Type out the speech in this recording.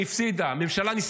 היא הפסידה,